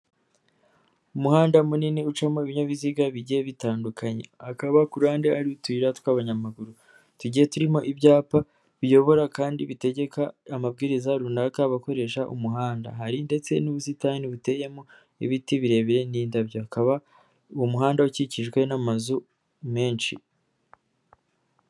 Umuhanda munini ucamo ibinyabiziga bijyiye bitandukanye hakaba kurundi ruhande hari utuyira tw'abanyamaguru tujyiye turimo ibyapa biyobora kandi bitegeka amabwiriza runaka abakoresha umuhanda hari ndetse n'ubusitani buteyemo ibiti birebire n'indabyo hakaba umuhanda ukikijwe n'amazu menshi.